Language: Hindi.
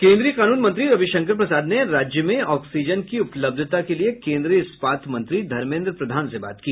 केन्द्रीय कानून मंत्री रविशंकर प्रसाद ने राज्य मं ऑक्सीजन की उपलब्धता के लिए केन्द्रीय इस्पात मंत्री धर्मेन्द्र प्रधान से बात की